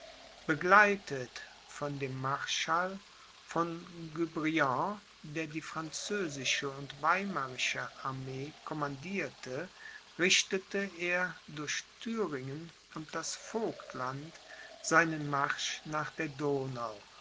begleitet von dem marschall von guebriant der die französische und weimarische armee commandierte richtete er durch thüringen und das vogtland seinen marsch nach der donau